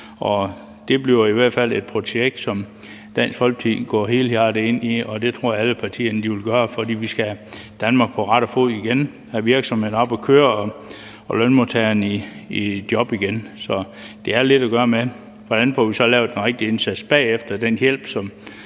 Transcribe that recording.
hvert fald et projekt, som Dansk Folkeparti går helhjertet ind i, og det tror jeg alle partierne vil gøre. For vi skal have Danmark på fode igen, have virksomhederne op at køre og lønmodtagerne i job igen. Så det har lidt at gøre med, hvordan vi så får lavet den rigtige indsats bagefter den hjælp,